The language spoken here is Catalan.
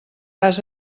has